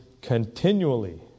Continually